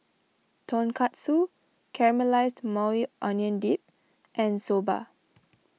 Tonkatsu Caramelized Maui Onion Dip and Soba